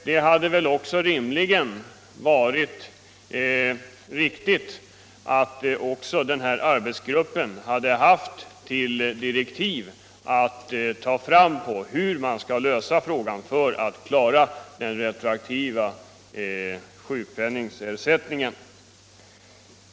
Det hade väl också varit riktigt att arbetsgruppen hade haft till direktiv att ta reda på hur man skall kunna klara den retroaktiva sjukpenningen.